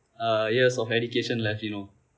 uh years of education left you know